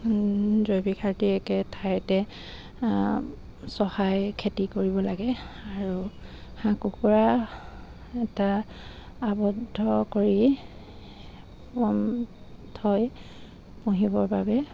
জৈৱিক সাৰ দি একে ঠাইতে চহাই খেতি কৰিব লাগে আৰু হাঁহ কুকুৰা এটা আবদ্ধ কৰি থৈ পুহিবৰ বাবে